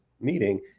meeting